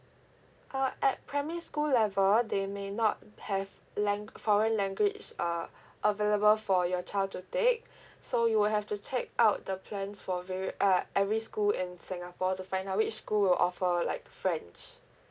uh at primary school level they may not have lang~ foreign language uh available for your child to take so you will have to check out the plans for vario~ uh every school in singapore to find out which school will offer like french